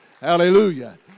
Hallelujah